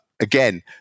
again